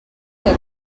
que